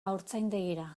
haurtzaindegira